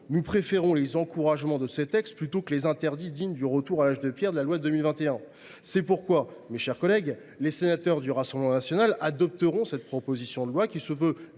nous préférons les encouragements de ce texte plutôt que les interdits dignes de l’âge de pierre de la loi de 2021. C’est pourquoi, mes chers collègues, les sénateurs du Rassemblement national voteront cette proposition de loi. Ce texte